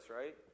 right